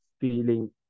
feeling